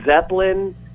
Zeppelin